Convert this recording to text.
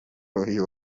uyu